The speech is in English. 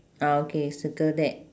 ah okay circle that